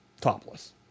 topless